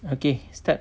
okay start